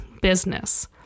business